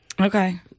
Okay